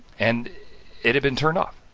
and it had been turned off,